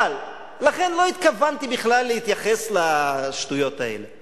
לכן לא התכוונתי בכלל להתייחס לשטויות האלה.